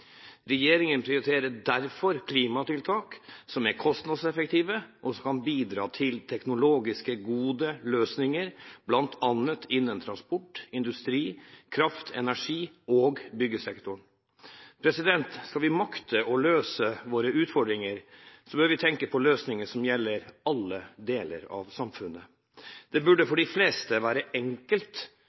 Regjeringen prioriterer derfor klimatiltak som er kostnadseffektive, og som kan bidra til teknologiske, gode løsninger, bl.a. innen transport-, industri-, kraft- og byggesektoren. Skal vi makte å løse våre utfordringer, bør vi tenke på løsninger som gjelder alle deler av samfunnet. Det burde for de fleste være enkelt